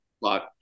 lot